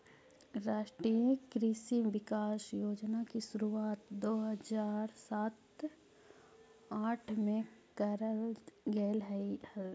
राष्ट्रीय कृषि विकास योजना की शुरुआत दो हज़ार सात आठ में करल गेलइ हल